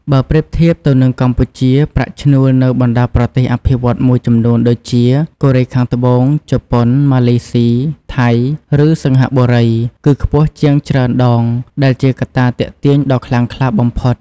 បើប្រៀបធៀបទៅនឹងកម្ពុជា ប្រាក់ឈ្នួលនៅបណ្ដាប្រទេសអភិវឌ្ឍន៍មួយចំនួនដូចជា កូរ៉េខាងត្បូង ជប៉ុន ម៉ាឡេស៊ី ថៃ ឬសិង្ហបុរី គឺខ្ពស់ជាងច្រើនដង ដែលជាកត្តាទាក់ទាញដ៏ខ្លាំងក្លាបំផុត។